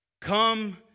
come